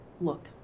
look